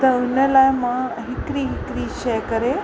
त हुन लाइ मां हिकिड़ी हिकिड़ी शइ करे